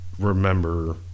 remember